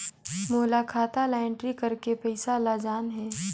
मोला खाता ला एंट्री करेके पइसा ला जान हे?